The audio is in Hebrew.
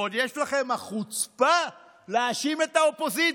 ועוד יש להם חוצפה להאשים את האופוזיציה,